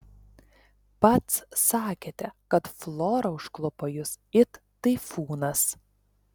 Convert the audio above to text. pats sakėte kad flora užklupo jus it taifūnas